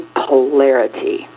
polarity